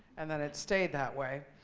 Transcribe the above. and then, it stayed that way.